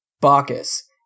Bacchus